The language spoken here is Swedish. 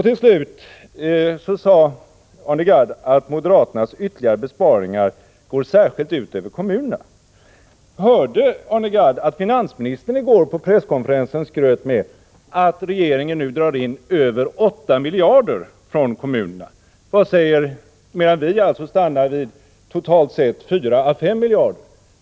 Till sist sade Arne Gadd att moderaternas ytterligare besparingar särskilt går ut över kommunerna. Hörde Arne Gadd att finansministern på presskonferensen i går skröt med att regeringen nu drar in över 8 miljarder från kommunerna, medan vi stannar vid totalt sett 4-5 miljarder?